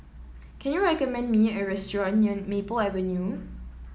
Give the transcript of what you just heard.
can you recommend me a restaurant near Maple Avenue